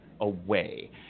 away